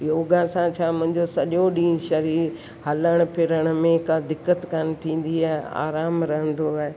योगा सां छा मुंहिंजो सॼो ॾींहुं शरीर हलण फिरण में का दिक़तु कोन्ह थींदी आहे ऐं आराम रहंदो आहे